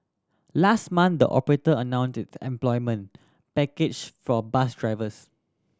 last month the operator announced its employment package for bus drivers